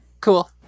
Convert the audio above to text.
cool